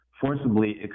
forcibly